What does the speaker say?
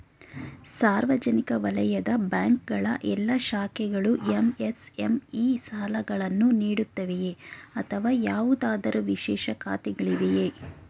ಸಾರ್ವಜನಿಕ ವಲಯದ ಬ್ಯಾಂಕ್ ಗಳ ಎಲ್ಲಾ ಶಾಖೆಗಳು ಎಂ.ಎಸ್.ಎಂ.ಇ ಸಾಲಗಳನ್ನು ನೀಡುತ್ತವೆಯೇ ಅಥವಾ ಯಾವುದಾದರು ವಿಶೇಷ ಶಾಖೆಗಳಿವೆಯೇ?